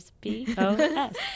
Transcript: B-O-S